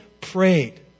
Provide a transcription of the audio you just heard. prayed